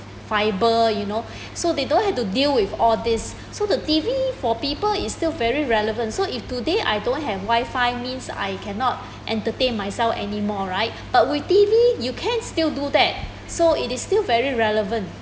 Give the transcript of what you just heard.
fibre you know so they don't have to deal with all these so the T_V for people is still very relevant so if today I don't have Wi-Fi that means I cannot entertain myself anymore right but with T_V you can still do that so it is still very relevant